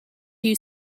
you